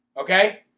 Okay